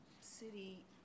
city